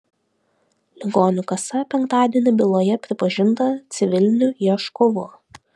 ligonių kasa penktadienį byloje pripažinta civiliniu ieškovu